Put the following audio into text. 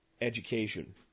education